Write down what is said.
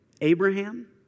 Abraham